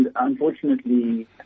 unfortunately